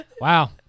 Wow